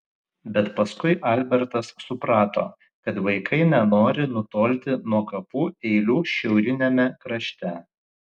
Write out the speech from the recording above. bet paskui albertas suprato kad vaikai nenori nutolti nuo kapų eilių šiauriniame krašte